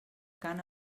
cant